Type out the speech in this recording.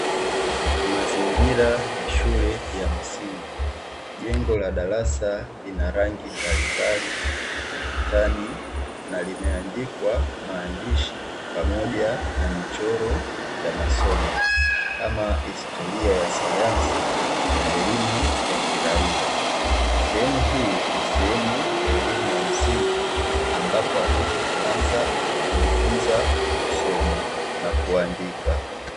Mazingira ya shule ya msingi, jengo la darasa lina rangi mbalimbali ukutani na limeandikwa maandishi pamoja na michoro ya masomo kama historia ya sayansi na elimu ya kiraia. Sehemu hii ni sehemu ya elimu ya msingi; ambapo watoto huanza kujifunza kusoma na kuandika.